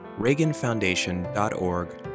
reaganfoundation.org